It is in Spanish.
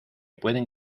pueden